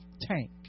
tank